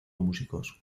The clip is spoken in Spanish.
músicos